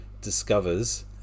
discovers